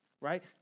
right